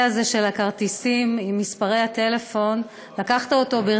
הזה של הכרטיסים עם מספרי הטלפון ברצינות,